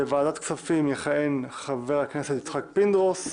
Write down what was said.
בוועדת הכספים יכהן חבר הכנסת יצחק פינדרוס.